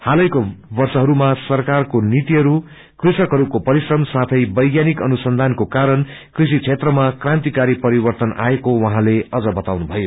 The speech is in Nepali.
हालैको वर्षहरूमा सरकारको नीतिहरू कृषकहरूको परिश्रम साथै वैज्ञानिक अनुसंधानका कारण कृषि क्षेत्रमा क्रान्तिकारी परिवद्व आएका उहाँले अझ बताउनुभयो